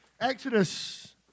Exodus